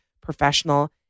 professional